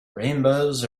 rainbows